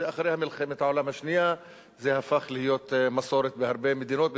אחרי מלחמת העולם השנייה זה הפך להיות מסורת בהרבה מדינות,